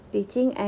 Teaching